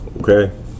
okay